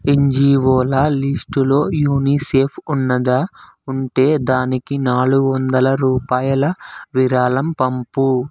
ఎన్జివోల లిస్టులో యూనిసెఫ్ ఉన్నదా ఉంటే దానికి నాలుగు వందల రూపాయల విరాళం పంపు